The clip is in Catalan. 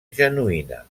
genuïna